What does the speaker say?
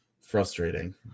frustrating